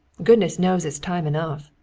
goodness knows it's time enough!